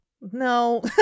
No